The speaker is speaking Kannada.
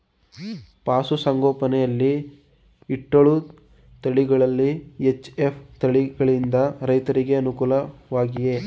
ಪಶು ಸಂಗೋಪನೆ ಯಲ್ಲಿ ಇಟ್ಟಳು ತಳಿಗಳಲ್ಲಿ ಎಚ್.ಎಫ್ ತಳಿ ಯಿಂದ ರೈತರಿಗೆ ಅನುಕೂಲ ವಾಗಿದೆಯೇ?